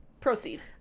Proceed